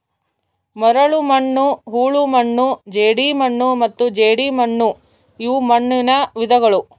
ಮರಳುಮಣ್ಣು ಹೂಳುಮಣ್ಣು ಜೇಡಿಮಣ್ಣು ಮತ್ತು ಜೇಡಿಮಣ್ಣುಇವು ಮಣ್ಣುನ ವಿಧಗಳು